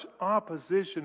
opposition